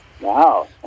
Wow